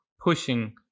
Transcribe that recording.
pushing